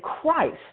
Christ